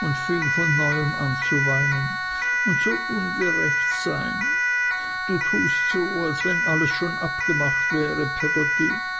und fing von neuem an zu weinen und so ungerecht sein du tust so als wenn alles schon abgemacht wäre peggotty